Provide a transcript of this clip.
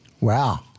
Wow